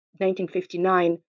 1959